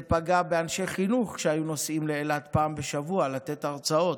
זה פגע באנשי חינוך שהיו נוסעים לאילת אחת לשבוע לתת הרצאות.